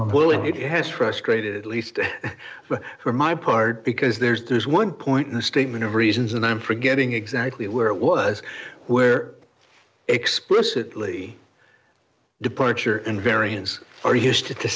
it has frustrated at least for my part because there's one point in the statement of reasons and i'm forgetting exactly where it was where explicitly departure and variance are used to the